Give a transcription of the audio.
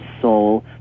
soul